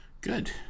good